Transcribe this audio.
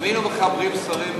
אם היינו מחברים ספרים,